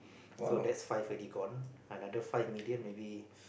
so that's five already gone another five million maybe